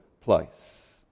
place